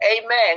amen